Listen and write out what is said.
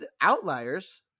outliers –